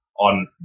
on